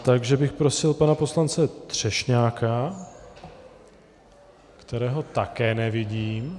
Takže bych prosil pana poslance Třešňáka, kterého také nevidím.